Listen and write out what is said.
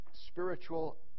spiritual